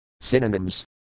Synonyms